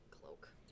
cloak